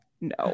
no